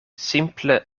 simple